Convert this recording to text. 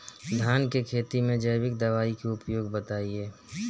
धान के खेती में जैविक दवाई के उपयोग बताइए?